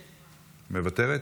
מוותרת?